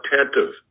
attentive